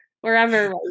wherever